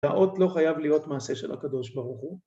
‫האות לא חייב להיות מעשה ‫של הקדוש ברוך הוא.